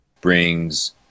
Brings